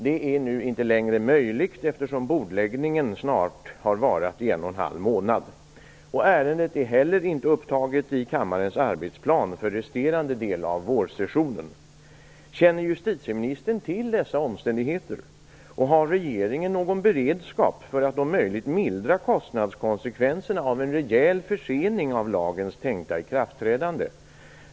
Det är nu inte längre möjligt, eftersom bordläggningen snart har varat i en och en halv månad. Ärendet är heller inte upptaget i kammarens arbetsplan för den resterande delen av vårsessionen. Känner justitieministern till dessa omständigheter, och har regeringen någon beredskap för att om möjligt mildra kostnadskonsekvenserna av en rejäl försening av lagens tänkta ikraftträdande?